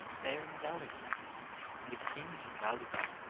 they are invaluable and if a thing is invaluable,